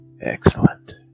Excellent